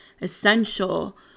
essential